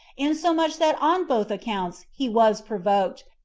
insomuch that on both accounts he was provoked,